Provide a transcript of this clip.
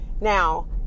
Now